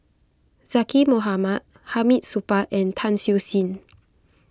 Zaqy Mohamad Hamid Supaat and Tan Siew Sin